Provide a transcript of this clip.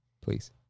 Please